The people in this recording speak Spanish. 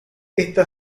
esta